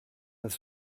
das